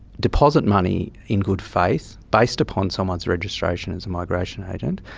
deposit money in good faith, based upon somebody's registration as a migration agent,